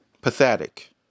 Pathetic